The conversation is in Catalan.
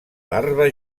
larva